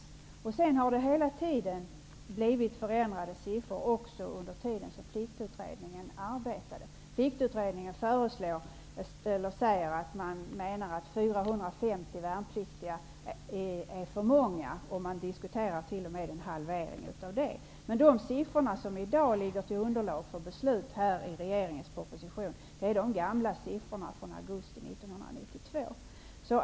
Sedan har siffrorna hela tiden förändrats, också under den tid som Pliktutredningen arbetade. Plikutredningen menar att 450 värnpliktiga är för många. Man diskuterar t.o.m. en halvering av detta antal. De siffror som i dag ligger till grund för regeringens proposition är de gamla siffrorna från augusti 1992.